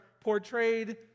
portrayed